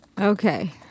Okay